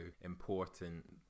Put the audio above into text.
important